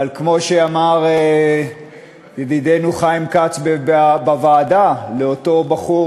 אבל כמו שאמר ידידנו חיים כץ בוועדה לאותו בחור